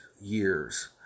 years